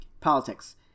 politics